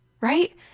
right